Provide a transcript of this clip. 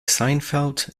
seinfeld